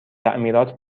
تعمیرات